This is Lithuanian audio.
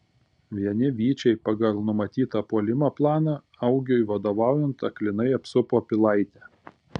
vieni vyčiai pagal numatytą puolimo planą augiui vadovaujant aklinai apsupo pilaitę